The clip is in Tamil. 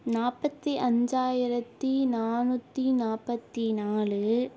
நாற்பத்தி அஞ்சாயரத்து நானூற்றி நாற்பத்தி நாலு